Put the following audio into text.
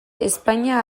espainia